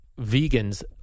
vegans